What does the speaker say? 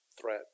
threat